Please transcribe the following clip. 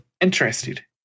interested